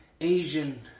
Asian